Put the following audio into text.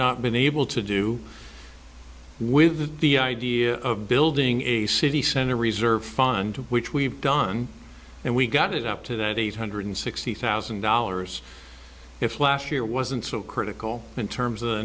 not been able to do with the idea of building a city center reserve fund which we've done and we got it up to that eight hundred sixty thousand dollars if last year wasn't so critical in terms of the